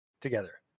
Together